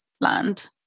land